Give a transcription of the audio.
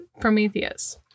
Prometheus